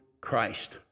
Christ